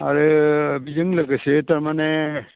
आरो बेजों लोगोसे तारमाने